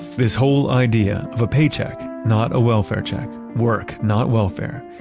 this whole idea of a paycheck, not a welfare check. work, not welfare.